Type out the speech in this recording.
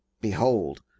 Behold